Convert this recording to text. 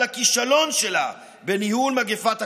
מכולם, יואב, החרגנו ברית.